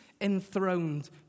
enthroned